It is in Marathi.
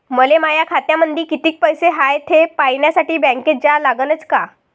मले माया खात्यामंदी कितीक पैसा हाय थे पायन्यासाठी बँकेत जा लागनच का?